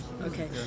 Okay